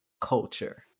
culture